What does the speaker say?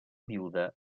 viuda